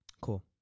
Cool